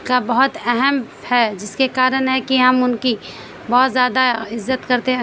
کا بہت اہم ہے جس کے کارن ہے کہ ہم ان کی بہت زیادہ عزت کرتے ہیں